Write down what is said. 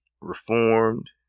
reformed